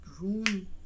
room